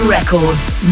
Records